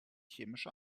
chemische